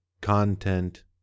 content